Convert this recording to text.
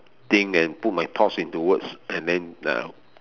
think and put my thoughts into words and then uh